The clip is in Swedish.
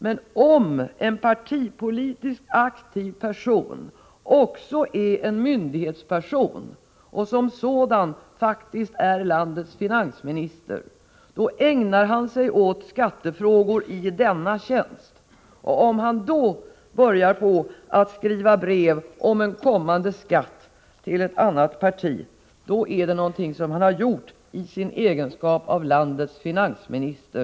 Men om en partipolitiskt aktiv person också är en myndighetsperson och som sådan faktiskt är landets finansminister, ägnar han sig åt skattefrågor i denna tjänst. Om han till ett annat parti skriver brev om en kommande skatt är det någonting som han har gjort i sin egenskap av landets finansminister.